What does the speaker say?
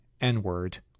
N-word